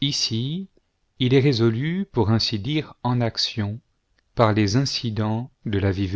ici il est résolu pour ainsi dire en action par les incidents de la vie